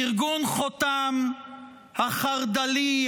ארגון חותם החרד"לי,